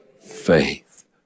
faith